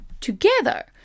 together